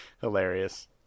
Hilarious